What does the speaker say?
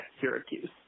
Syracuse